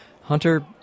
Hunter